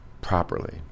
properly